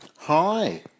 Hi